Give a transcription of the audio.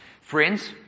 Friends